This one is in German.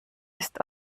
ist